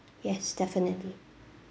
yes definitely